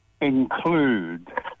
include